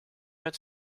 met